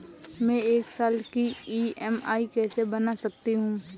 मैं एक साल की ई.एम.आई कैसे बना सकती हूँ?